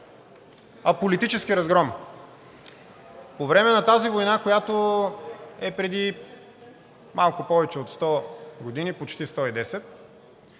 а политически разгром. По време на тази война, която е преди малко повече от 100 години – почти 110,